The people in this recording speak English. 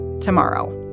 tomorrow